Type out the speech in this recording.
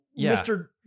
Mr